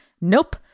Nope